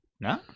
No